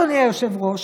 אדוני היושב-ראש,